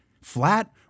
Flat